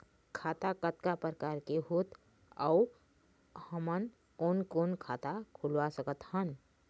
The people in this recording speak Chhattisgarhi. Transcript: खाता कतका प्रकार के होथे अऊ हमन कोन कोन खाता खुलवा सकत हन?